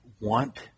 want